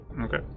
Okay